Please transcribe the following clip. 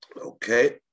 Okay